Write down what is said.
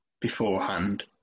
beforehand